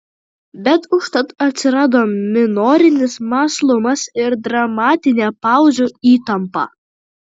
bet užtat atsirado minorinis mąslumas ir dramatinė pauzių įtampa